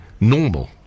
normal